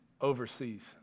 overseas